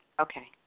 Okay